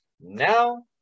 Now